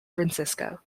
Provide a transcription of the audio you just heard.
francisco